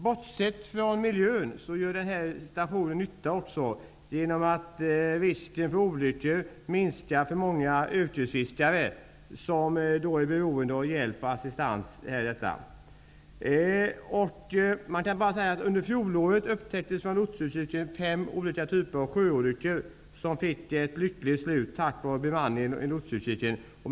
Bortsett från nyttan för miljön gör den här stationen nytta också genom att risken för olyckor minskar för många yrkesfiskare, som är beroende av hjälp och assistans. Under fjolåret upptäcktes från lotsutkiken fem olika sjöolyckor, som fick ett lyckligt slut tack vare bemanningen i lotsutkiken.